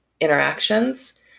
interactions